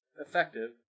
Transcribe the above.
effective